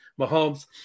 Mahomes